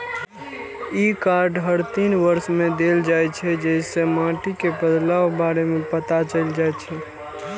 ई card हर तीन वर्ष मे देल जाइ छै, जइसे माटि मे बदलावक बारे मे पता चलि जाइ छै